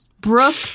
Brooke